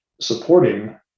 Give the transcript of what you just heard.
supporting